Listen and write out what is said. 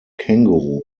kängurus